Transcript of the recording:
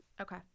Okay